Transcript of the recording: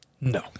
No